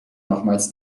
nochmals